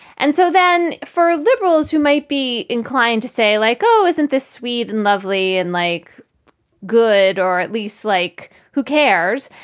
and so then for liberals who might be inclined to say, like, oh, isn't this sweet and lovely and like good or at least like, who cares?